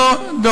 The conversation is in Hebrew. הבין-לאומי.